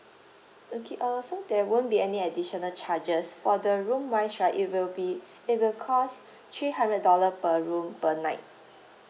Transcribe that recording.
okay uh so there won't be any additional charges for the room wise right it will be it will cost three hundred dollar per room per night